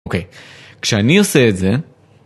אוקיי, כשאני עושה את זה...